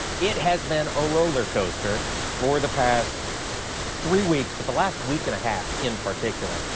it has been a roller coaster for the past three weeks but the last week and a half in particular.